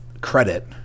credit